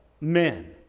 men